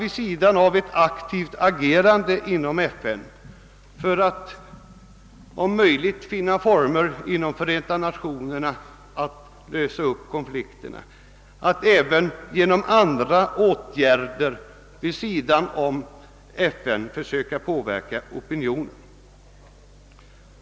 Jämsides med ett aktivt agerande inom Förenta Nationerna i syfte att om möjligt finna former att där lösa upp konflikterna gäller det därför att även genom åtgärder vid sidan om FN försöka påverka opinionen.